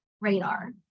radar